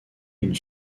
une